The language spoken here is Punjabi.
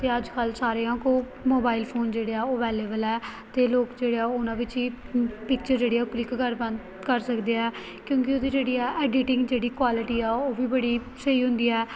ਅਤੇ ਅੱਜ ਕੱਲ੍ਹ ਸਾਰਿਆਂ ਕੋਲ ਮੋਬਾਇਲ ਫੋਨ ਜਿਹੜੇ ਆ ਉਹ ਵੇਲੇਵਲ ਆ ਅਤੇ ਲੋਕ ਜਿਹੜੇ ਆ ਉਹਨਾਂ ਵਿੱਚ ਹੀ ਪਿਕਚਰ ਜਿਹੜੀ ਆ ਉਹ ਕਲਿੱਕ ਕਰ ਪਾਉਂਦੇ ਕਰ ਸਕਦੇ ਆ ਕਿਉਂਕਿ ਉਹਦੀ ਜਿਹੜੀ ਆ ਐਡੀਟਿੰਗ ਜਿਹੜੀ ਕੁਆਲਿਟੀ ਆ ਉਹ ਵੀ ਬੜੀ ਸਹੀ ਹੁੰਦੀ ਹੈ